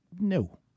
No